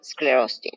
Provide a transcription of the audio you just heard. sclerostin